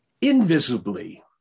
invisibly